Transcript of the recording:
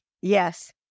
Yes